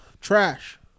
Trash